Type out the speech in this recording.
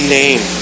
name